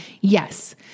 Yes